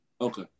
Okay